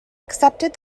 accepted